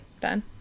Ben